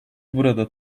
burada